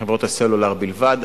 בחברות הסלולר בלבד,